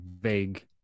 vague